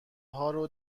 هارو